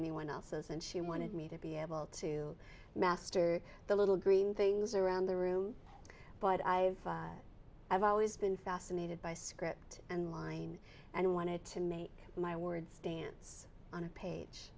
anyone else's and she wanted me to be able to master the little green things around the room but i have always been fascinated by script and line and wanted to make my words dance on a page